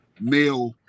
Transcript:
male